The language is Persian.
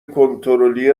کنترلی